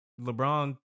LeBron